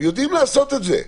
יודעים לעשות את זה.